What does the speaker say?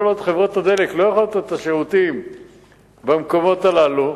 כל עוד חברות הדלק לא יכולות לתת את השירותים במקומות הללו,